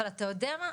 אבל אתה יודע מה,